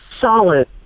solid